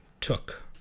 took